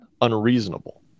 unreasonable